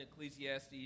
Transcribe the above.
Ecclesiastes